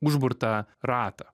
užburtą ratą